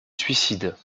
suicide